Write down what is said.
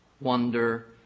wonder